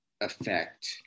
affect